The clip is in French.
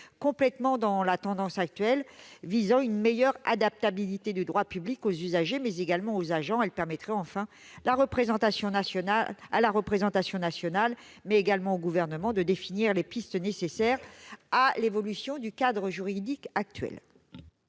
s'inscrirait dans la tendance actuelle visant une meilleure adaptabilité du droit public aux usagers, mais également aux agents. Elle permettrait enfin à la représentation nationale, mais également au Gouvernement, de définir les pistes nécessaires à l'évolution du cadre juridique actuel.